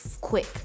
quick